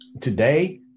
today